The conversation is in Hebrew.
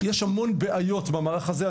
כי יש המון בעיות במערך הזה.